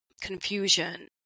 confusion